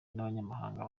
n’abanyamahanga